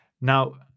Now